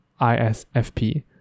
ISFP